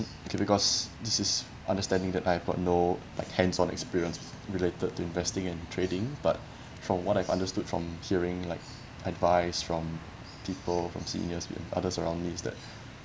okay because this is understanding that I've got no like hands on experience related to investing and trading but from what I've understood from hearing like advice from people from seniors with others around me is that